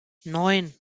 neun